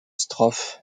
strophes